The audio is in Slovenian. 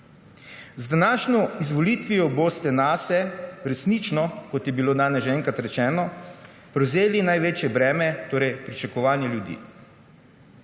z današnjo izvolitvijo boste nase resnično, kot je bilo danes že enkrat rečeno, prevzeli največje breme, torej pričakovanje ljudi.